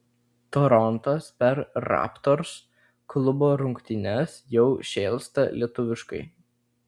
torontas per raptors klubo rungtynes jau šėlsta lietuviškai